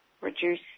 reduce